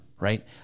right